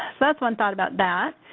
that's one thought about that.